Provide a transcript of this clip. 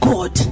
God